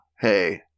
Hey